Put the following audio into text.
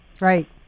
Right